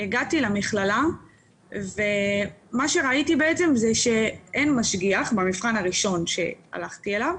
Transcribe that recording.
הגעתי למכללה וראיתי שאין משגיח במבחן הראשון שהלכתי אליו,